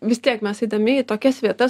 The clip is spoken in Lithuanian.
vis tiek mes eidami į tokias vietas